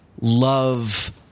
love